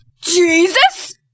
Jesus